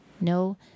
no